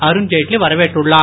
அருண்ஜெட்லி வரவேற்றுள்ளார்